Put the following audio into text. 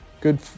good